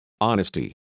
Honesty